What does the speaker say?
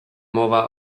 mowa